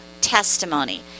testimony